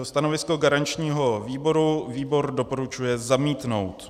Stanovisko garančního výboru výbor doporučuje zamítnout.